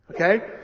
Okay